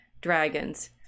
dragons